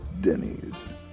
Denny's